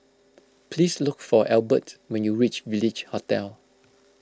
please look for Albert when you reach Village Hotel